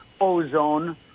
ozone